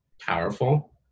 powerful